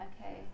Okay